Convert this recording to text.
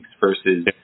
versus